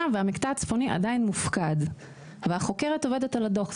והמקטע הצפוני עדיין מופקד והחוקרת עובדת על הדוח,